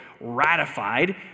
ratified